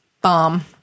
Bomb